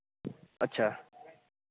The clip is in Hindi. अच्छा